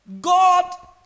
God